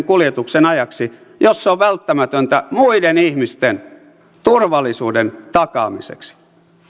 kuljetuksen ajaksi jos se on välttämätöntä muiden ihmisten turvallisuuden takaamiseksi